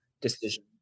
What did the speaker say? decision